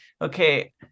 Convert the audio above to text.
Okay